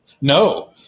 No